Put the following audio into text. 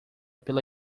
pela